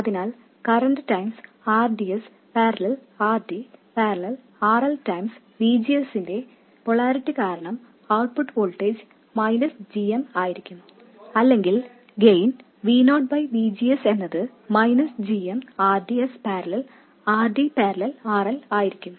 അതിനാൽ കറന്റ് ഗുണനം R D S parallel R D parallel R L ഗുണനം V G S ന്റെ polarity കാരണം output voltage minus g m ആയിരിക്കും അല്ലെങ്കിൽ gain V naught by V G S എന്നത് minus g m R D S parallel R D parallel R L ആയിരിക്കും